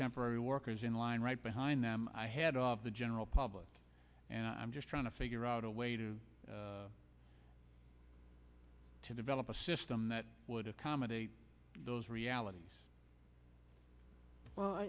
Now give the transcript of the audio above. temporary workers in line right behind them i head of the general i'm just trying to figure out a way to to develop a system that would accommodate those realities well